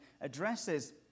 addresses